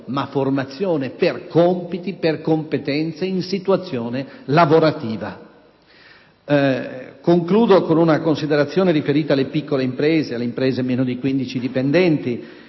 ma formazione per compiti, per competenze in situazione lavorativa. Concludo con una considerazione riferita alle piccole imprese, alle imprese con meno di 15 dipendenti,